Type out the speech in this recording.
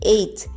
Eight